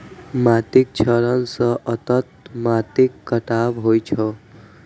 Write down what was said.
माटिक क्षरण सं अंततः माटिक कटाव होइ छै